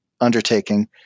undertaking